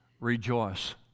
rejoice